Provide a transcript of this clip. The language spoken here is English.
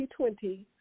2020